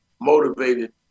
motivated